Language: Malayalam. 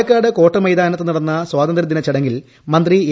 പാലക്കാട് കോട്ട മൈതാനത്ത് നടന്ന സ്വാതന്ത്ര്യദിന ചടങ്ങിൽ മന്ത്രി എ